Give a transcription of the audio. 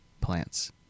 plants